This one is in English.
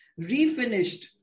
refinished